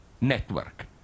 network